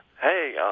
hey